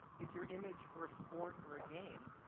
if your image were a sport or a game,